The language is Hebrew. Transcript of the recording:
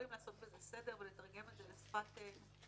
לעשות בזה סדר ולתרגם את זה לשפת אנשים